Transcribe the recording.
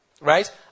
Right